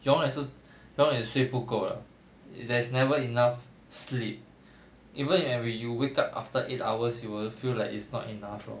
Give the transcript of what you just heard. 永远是永远睡不够的 there's never enough sleep even in every you wake up after eight hours you will feel like it's not enough lor